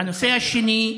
הנושא השני,